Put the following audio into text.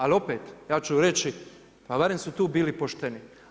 Ali opet, ja ću reći pa barem su tu bili pošteni.